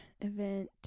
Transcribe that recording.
event